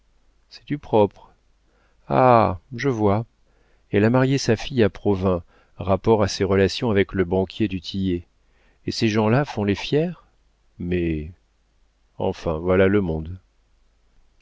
c'est du propre ah je vois elle a marié sa fille à provins rapport à ses relations avec le banquier du tillet et ces gens-là font les fiers mais enfin voilà le monde